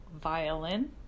violin